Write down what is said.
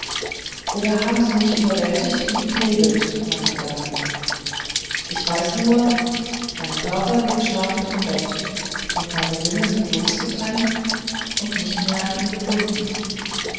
oder haben sie mich überwältigt und geknebelt meine gedanken ich weiß nur mein körper liegt schlafend im bett und meine sinne sind losgetrennt und nicht mehr an ihn gebunden